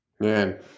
Man